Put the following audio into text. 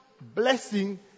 blessing